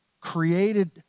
created